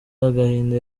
agahinda